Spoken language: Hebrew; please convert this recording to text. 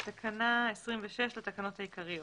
13.תיקון תקנה 26 בתקנה 26 לתקנות העיקריות